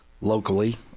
locally